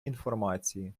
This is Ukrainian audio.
інформації